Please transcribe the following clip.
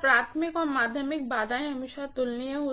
primary और secondary बाधाएं हमेशा तुलनीय होती हैं